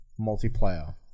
multiplayer